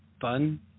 fun